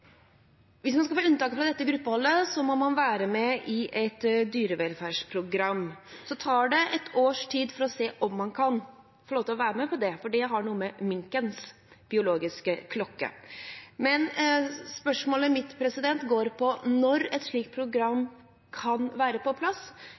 Hvis man skal få unntak for dette gruppeholdet, må man være med i et dyrevelferdsprogram. Det tar et års tid å se om man kan få lov til å være med på det, for det har noe med minkens biologiske klokke å gjøre. Men spørsmålet mitt går på når et slikt program